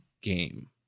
game